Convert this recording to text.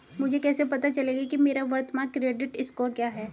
मुझे कैसे पता चलेगा कि मेरा वर्तमान क्रेडिट स्कोर क्या है?